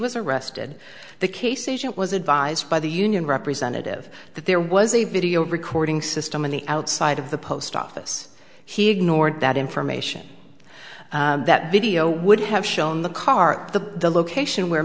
was arrested the case agent was advised by the union representative that there was a video recording system in the outside of the post office he ignored that information that video would have shown the car the location where